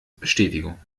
bestätigung